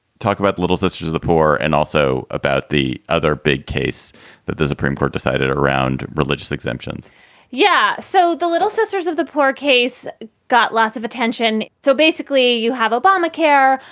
talk about little sisters of the poor and also about the other big case that the supreme court decided around religious exemptions yeah, so the little sisters of the poor case got lots of attention. so basically, you have obamacare.